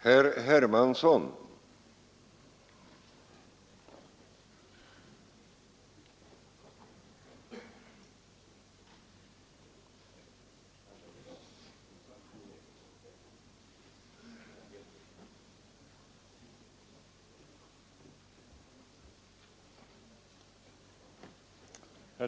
Herr